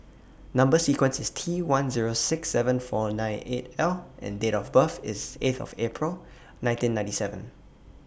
Number sequence IS T one Zero six seven four nine eight L and Date of birth IS eight of April nineteen ninety seven